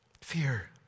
Fear